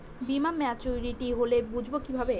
বীমা মাচুরিটি হলে বুঝবো কিভাবে?